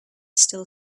still